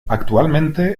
actualmente